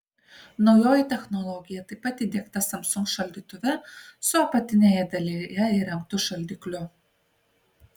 naujoji technologija taip pat įdiegta samsung šaldytuve su apatinėje dalyje įrengtu šaldikliu